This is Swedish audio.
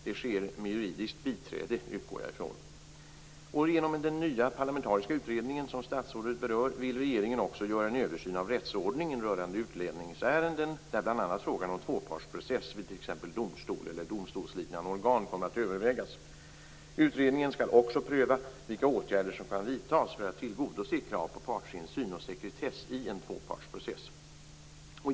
Det sker med juridiskt biträde, utgår jag ifrån. Genom den nya parlamentariska utredningen, som statsrådet berör, vill regeringen också göra en översyn av rättsordningen rörande utlänningsärenden, där bl.a. frågan om tvåpartsprocess vid t.ex. domstol eller domstolsliknande organ kommer att övervägas. Utredningen skall också pröva vilka åtgärder som kan vidtas för att tillgodose krav på partsinsyn och sekretess i en tvåpartsprocess.